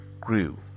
grew